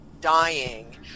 dying